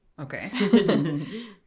okay